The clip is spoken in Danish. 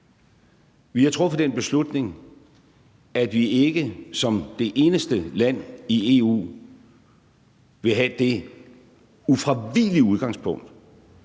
Vi har truffet den beslutning, at vi ikke som det eneste land i EU vil have det ufravigelige udgangspunkt,